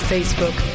Facebook